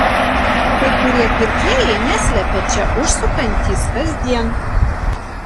kai kurie pirkėjai neslepia čia užsukantys kasdien